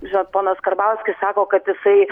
žinot ponas karbauskis sako kad jisai